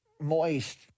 moist